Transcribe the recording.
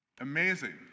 Amazing